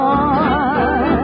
on